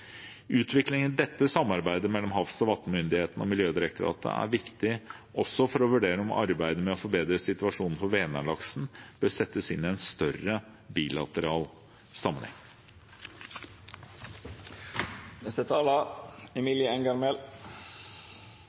Utviklingen av dette samarbeidet mellom Havs- og vattenmyndigheten og Miljødirektoratet er viktig også for å vurdere om arbeidet med å forbedre situasjonen for Vänern-laksen bør settes inn i en større bilateral sammenheng.